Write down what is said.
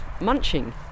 munching